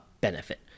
benefit